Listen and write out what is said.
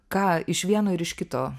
ką iš vieno ir iš kito